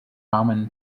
common